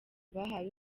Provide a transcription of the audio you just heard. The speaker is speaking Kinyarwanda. bahawe